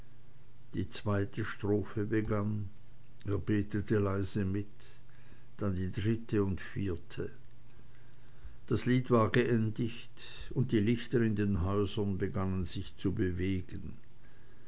die zweite strophe begann er betete leise mit dann die dritte und vierte das lied war geendigt und die lichter in den häusern begannen sich zu bewegen